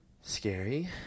scary